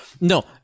No